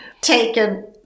taken